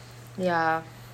ya